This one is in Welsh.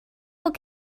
bod